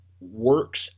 works